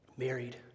married